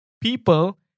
people